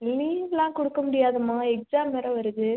லீவ்லாம் கொடுக்க முடியாதும்மா எக்ஸாம் வேறு வருது